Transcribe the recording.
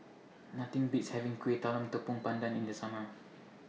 Nothing Beats having Kueh Talam Tepong Pandan in The Summer